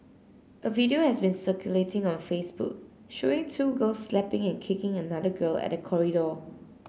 a video has been circulating on Facebook showing two girls slapping and kicking another girl at the corridor